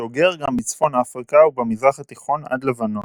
דוגר גם בצפון אפריקה ובמזרח התיכון עד לבנון.